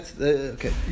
Okay